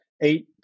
eight